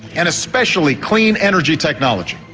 and especially clean energy technology.